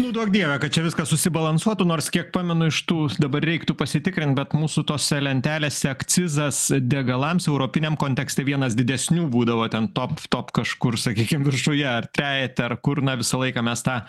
nu duok dieve kad čia viskas susibalansuotų nors kiek pamenu iš tų dabar reiktų pasitikrint bet mūsų tose lentelėse akcizas degalams europiniam kontekste vienas didesnių būdavo ten top top kažkur sakykim viršuje ar trejete ar kur na visą laiką mes tą